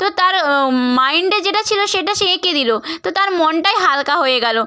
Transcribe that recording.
তো তার মাইন্ডে যেটা ছিল সেটা সে এঁকে দিল তো তার মনটাই হালকা হয়ে গেল